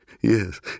Yes